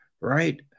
Right